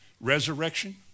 resurrection